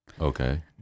Okay